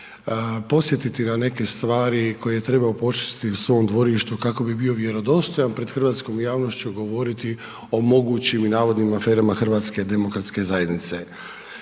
podsjetiti na neke stvari koje je trebao počistiti u svom dvorištu, kako bi bio vjerodostojan pred hrvatskom javnošću govoriti o mogućim i navodnim aferama HDZ-a. Podsjetit